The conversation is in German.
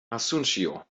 asunción